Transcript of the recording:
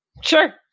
sure